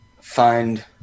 find